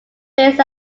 brains